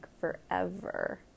forever